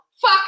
Fuck